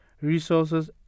resources